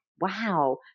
Wow